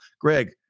Greg